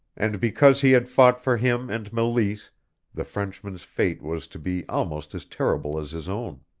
and because he had fought for him and meleese the frenchman's fate was to be almost as terrible as his own.